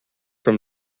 from